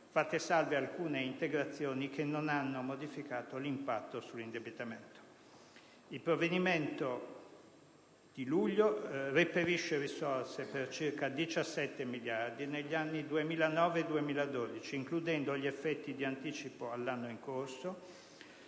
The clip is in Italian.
fatte salve alcune integrazioni che non hanno modificato l'impatto sull'indebitamento. Il provvedimento di luglio reperisce risorse per circa 17 miliardi negli anni 2009-2012, includendo gli effetti di anticipo all'anno in corso